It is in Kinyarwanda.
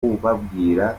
kubabwira